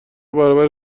برابر